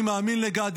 אני מאמין לגדי.